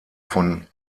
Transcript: von